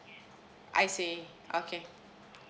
I see okay